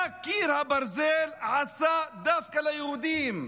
מה קיר הברזל עשה דווקא ליהודים?